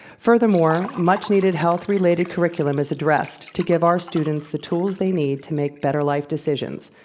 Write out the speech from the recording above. furthermore, much needed health related curriculum is addressed, to give our students the tools they need to make better life decisions.